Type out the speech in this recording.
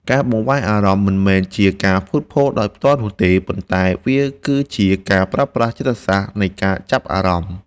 ការបង្វែរអារម្មណ៍មិនមែនជាការភូតភរដោយផ្ទាល់នោះទេ ប៉ុន្តែ វាគឺជាការប្រើប្រាស់ចិត្តសាស្ត្រនៃការចាប់អារម្មណ៍។